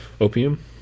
Opium